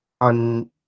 On